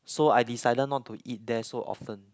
so I decided not to eat there so often